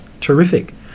Terrific